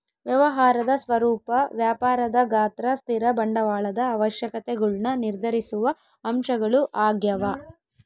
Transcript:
ವ್ಯವಹಾರದ ಸ್ವರೂಪ ವ್ಯಾಪಾರದ ಗಾತ್ರ ಸ್ಥಿರ ಬಂಡವಾಳದ ಅವಶ್ಯಕತೆಗುಳ್ನ ನಿರ್ಧರಿಸುವ ಅಂಶಗಳು ಆಗ್ಯವ